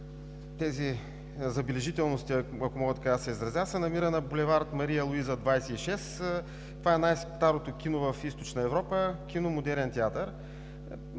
тези забележителности, ако мога така да се изразя, се намира на булевард „Мария Луиза“ № 26. Това е най-старото кино в Източна Европа – кино „Модерен театър“.